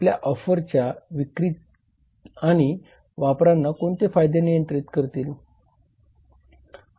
आपल्या ऑफरच्या विक्री आणि वापराना कोणते कायदे नियंत्रित करतील